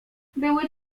były